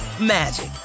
magic